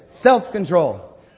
self-control